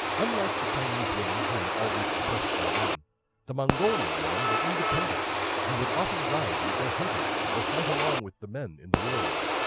unlike the chinese women who were always suppressed by men the mongolian women were independent and would often ride and go hunting or fight along with the men in the wars.